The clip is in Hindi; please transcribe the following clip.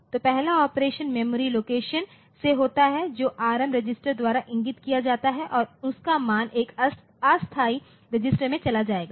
तो पहला ऑपरेशन मेमोरी लोकेशन से होता है जो Rm रजिस्टर द्वारा इंगित किया जाता है और उसका मान एक अस्थायी रजिस्टर में चला जाएगा